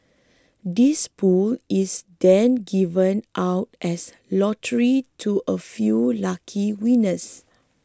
this pool is then given out as lottery to a few lucky winners